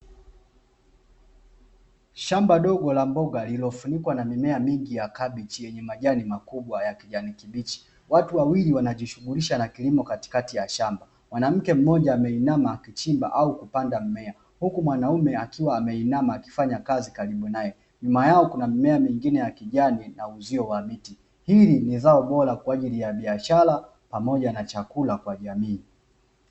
Shamba dogo la mboga lililofunikwa na mimea mingi ya kabinchi yenye majani makubwa ya kijani kibichi, watu wawili wanajishughulisha katikati ya shamba. Mwanamke mmoja ameinama akichimba au kupanda mmea huku mwanaume akiwa ameinama akifanya kazi karibu nae, nyuma yao kuna mimea ya kijani na uzio wa miti. HIi ni zao bora kwajili ya biashara pamoja na chakula kwa jamii